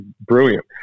brilliant